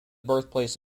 birthplace